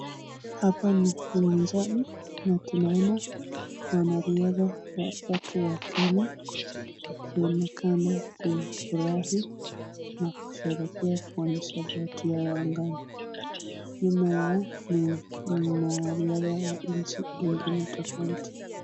Hapa ni uwanjani na tunaona wanariadha watatu wa Kenya wakionekana kufurahi na kusherehekea kuonyesha vitu zao angani, hili ni mwanariadha wa nchi ingine tofauti.